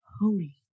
holy